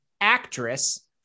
actress